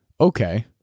Okay